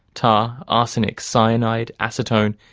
tar, arsenic, cyanide, acetone,